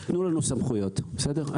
תנו לנו סמכויות, בסדר?